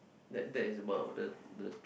that that is about the the